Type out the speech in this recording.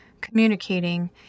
communicating